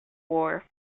war